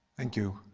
think you.